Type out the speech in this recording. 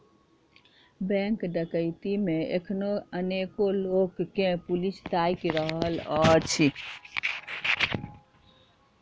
bank डकैती मे एखनो अनेको लोक के पुलिस ताइक रहल अछि